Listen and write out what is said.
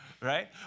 right